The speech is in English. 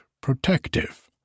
protective